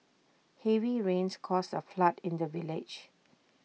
heavy rains caused A flood in the village